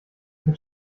mit